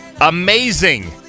amazing